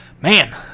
Man